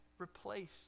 replace